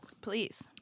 Please